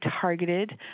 targeted